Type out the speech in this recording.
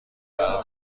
برا